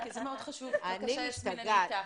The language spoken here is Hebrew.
סליחה.